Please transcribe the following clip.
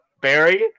Barry